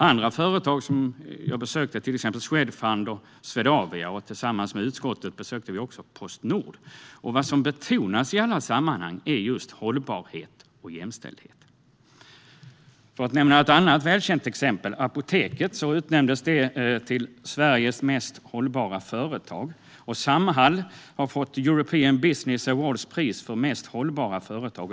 Andra företag som jag har besökt är till exempel Swedfund och Swedavia, och tillsammans med utskottet har vi också besökt Postnord. Vad som betonas i alla sammanhang är hållbarhet och jämställdhet. För att nämna ett annat välkänt exempel, Apoteket, så utnämndes det till Sveriges mest hållbara företag. Samhall har fått European Business Awards pris för mest hållbara företag.